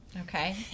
Okay